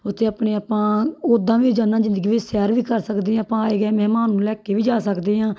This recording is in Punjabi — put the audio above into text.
ਉੱਥੇ ਆਪਣੇ ਆਪਾਂ ਉੱਦਾਂ ਵੀ ਰੋਜ਼ਾਨਾ ਜ਼ਿੰਦਗੀ ਵਿੱਚ ਸੈਰ ਵੀ ਕਰ ਸਕਦੇ ਹਾਂ ਆਪਾਂ ਆਏ ਗਏ ਮਹਿਮਾਨ ਨੂੰ ਲੈ ਕੇ ਵੀ ਜਾ ਸਕਦੇ ਹਾਂ